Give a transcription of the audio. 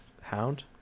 Hound